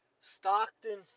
Stockton